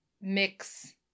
mix